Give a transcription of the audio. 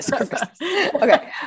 Okay